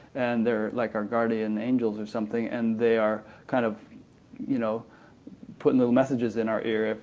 and they're like our guardian angels or something, and they are kind of you know putting little messages in our ears,